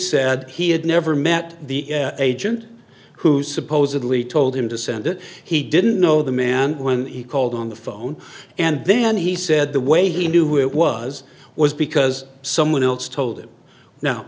said he had never met the agent who supposedly told him to send it he didn't know the man when he called on the phone and then he said the way he knew who it was was because someone else told him no